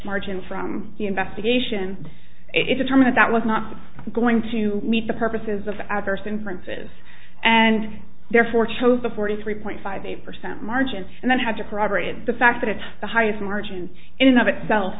margin from the investigation it determined that was not going to meet the purposes of adverse inferences and therefore chose the forty three point five eight percent margin and then had to corroborate the fact that it's the highest margin in of itself